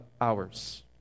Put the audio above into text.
hours